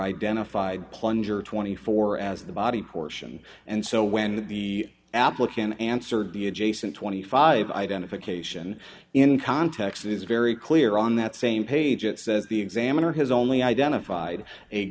identified plunger twenty four dollars as the body portion and so when the applicant answered the adjacent twenty five identification in context it is very clear on that same page it says the examiner has only identified a